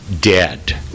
dead